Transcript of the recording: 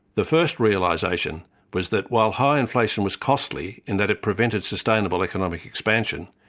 the first realisation was that while high inflation was costly, and that it prevented sustainable economic expansion,